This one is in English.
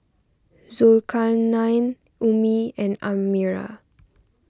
Zulkarnain Ummi and Amirah